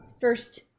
first